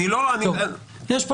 יש פה